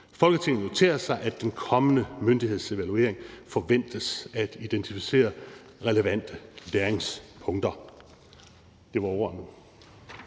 Folketinget noterer sig, at den kommende myndighedsevaluering forventes at identificere relevante læringspunkter.« (Forslag